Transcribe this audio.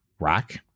rock